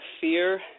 fear